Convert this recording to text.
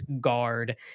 guard